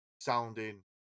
sounding